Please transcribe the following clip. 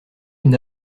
une